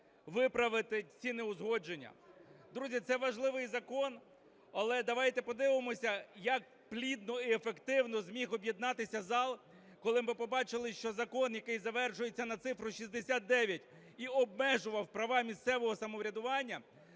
виправити ці неузгодження. Друзі, це важливий закон. Але давайте подивимося, як плідно і ефективно зміг об'єднатися зал, коли ми побачили, що закон, який завершується на цифру 69 і обмежував права місцевого самоврядування,